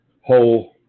whole